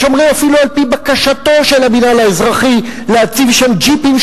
ויש אומרים אפילו שעל-פי בקשתו של המינהל האזרחי להציב שם ג'יפים,